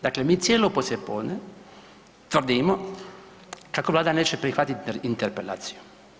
Dakle, mi cijelo poslijepodne tvrdimo, čak i vlada neće prihvatiti interpelaciju.